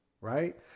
right